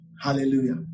Hallelujah